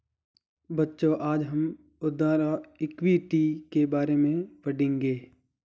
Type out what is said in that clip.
बच्चों आज हम उधार और इक्विटी के बारे में पढ़ेंगे